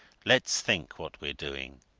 let's think what we're doing.